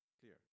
clear